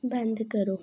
बंद करो